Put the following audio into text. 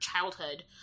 childhood